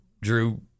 drew